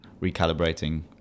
recalibrating